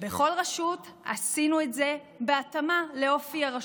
ובכל רשות עשינו את זה בהתאמה לאופי הרשות.